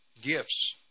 gifts